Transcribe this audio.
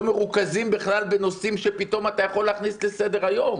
מרוכזים בכלל בנושאים שפתאום אתה יכול להכניס לסדר-היום.